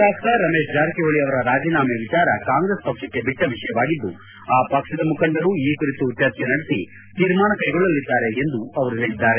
ಶಾಸಕ ರಮೇಶ್ ಜಾರಕಿ ಹೊಳಿ ಅವರ ರಾಜೀನಾಮೆ ವಿಚಾರ ಕಾಂಗ್ರೆಸ್ ಪಕ್ಷಕ್ಕೆ ಬಿಟ್ಟ ವಿಷಯವಾಗಿದ್ದು ಆ ಪಕ್ಷದ ಮುಖಂಡರು ಈ ಕುರಿತು ಚರ್ಚೆ ನಡೆಸಿ ತೀರ್ಮಾನ ಕೈಗೊಳ್ಳಲಿದ್ದಾರೆ ಎಂದು ಅವರು ಅವರು ಹೇಳಿದ್ದಾರೆ